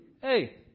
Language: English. hey